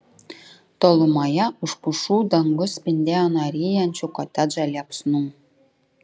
tolumoje už pušų dangus spindėjo nuo ryjančių kotedžą liepsnų